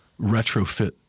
retrofit